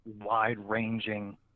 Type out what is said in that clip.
wide-ranging –